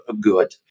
good